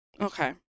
Okay